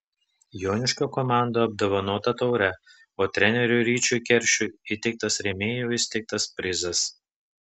joniškio komanda apdovanota taure o treneriui ryčiui keršiui įteiktas rėmėjų įsteigtas prizas